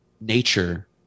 nature